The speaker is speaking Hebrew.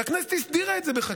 והכנסת הסדירה את זה בחקיקה,